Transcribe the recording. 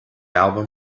album